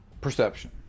Perception